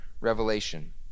revelation